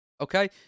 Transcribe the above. okay